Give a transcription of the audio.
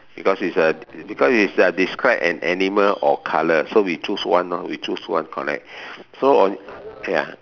because it's a because it's a describe an animal or colour so we choose one lor we choose one correct so on ya